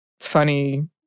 funny